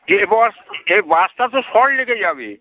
এ boss এ বাসটা তো সল্টলেকে যাবে